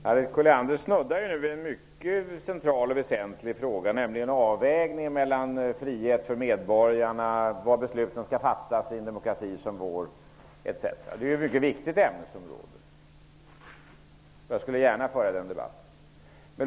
Herr talman! Harriet Colliander snuddade vid en mycket central och väsentlig fråga, nämligen avvägningen mellan frihet för medborgarna och var besluten skall fattas i en demokrati som vår etc. Det är ett mycket viktigt ämnesområde. Jag skulle gärna föra den debatten.